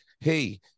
hey